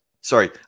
Sorry